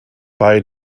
bei